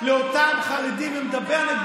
בכנסת ומדבר נגד